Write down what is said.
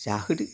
जाहोदो